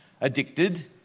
Addicted